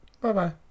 Bye-bye